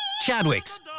Chadwick's